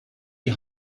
die